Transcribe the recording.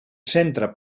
centre